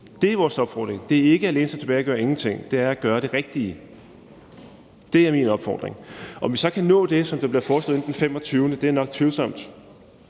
Det er vores opfordring. Det er ikke at læne sig tilbage og gøre ingenting. Det er at gøre det rigtige; det er min opfordring. Om vi så kan nå det, som det foreslås, inden den 25., er nok tvivlsomt.